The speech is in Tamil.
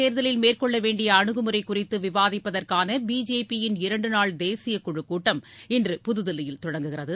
தேர்தலில் இதற்கிடையே குறித்து விவாதிப்பதற்கான பிஜேபியின் இரண்டு நாள் தேசிய குழு கூட்டம் இன்று புதுதில்லியில் தொடங்குகிறது